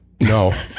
No